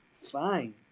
Fine